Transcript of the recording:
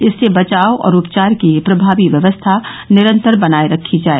इससे बचाव और उपचार की प्रभावी व्यवस्था निरन्तर बनाये रखी जाय